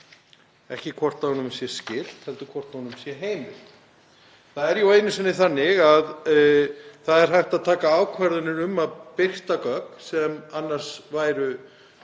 ekki hvort honum sé það skylt heldur hvort honum sé það heimilt. Það er jú einu sinni þannig að það er hægt að taka ákvarðanir um að birta gögn sem annars væru